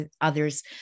other's